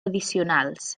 addicionals